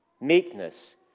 meekness